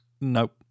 Nope